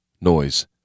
noise